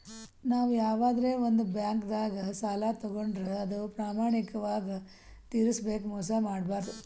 ನಾವ್ ಯವಾದ್ರೆ ಒಂದ್ ಬ್ಯಾಂಕ್ದಾಗ್ ಸಾಲ ತಗೋಂಡ್ರ್ ಅದು ಪ್ರಾಮಾಣಿಕವಾಗ್ ತಿರ್ಸ್ಬೇಕ್ ಮೋಸ್ ಮಾಡ್ಬಾರ್ದು